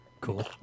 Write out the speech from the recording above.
cool